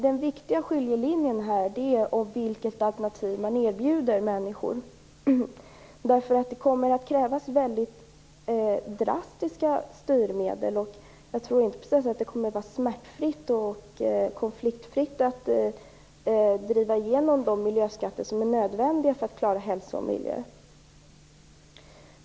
Den viktiga skiljelinjen är vilket alternativ man erbjuder människor. Det kommer att krävas väldigt drastiska styrmedel. Jag tror inte precis att det kommer att bli smärtfritt och konfliktfritt att driva igenom de miljöskatter som är nödvändiga för att klara hälsa och miljö.